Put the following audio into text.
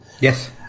Yes